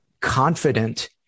confident